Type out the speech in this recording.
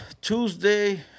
Tuesday